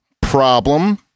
problem